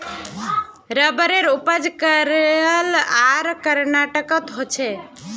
रबरेर उपज केरल आर कर्नाटकोत होछे